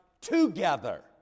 together